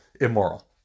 immoral